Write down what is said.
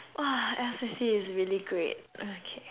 !wah! S_L_C is really great okay